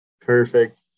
Perfect